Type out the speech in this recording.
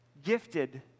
Gifted